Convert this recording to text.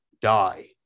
die